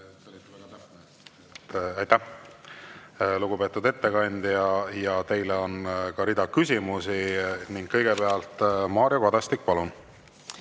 Aitäh, lugupeetud ettekandja! Teile on ka rida küsimusi. Kõigepealt Mario Kadastik, palun!